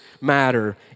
matter